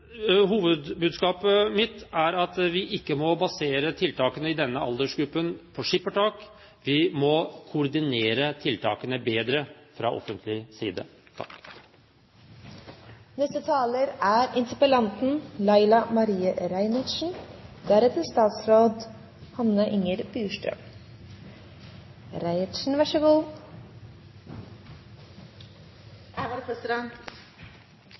Hovedbudskapet mitt er at vi ikke må basere tiltakene for denne aldersgruppen på skippertak; vi må koordinere tiltakene bedre fra det offentliges side.